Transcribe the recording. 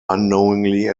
unknowingly